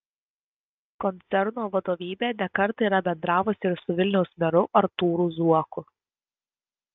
koncerno vadovybė ne kartą yra bendravusi ir su vilniaus meru artūru zuoku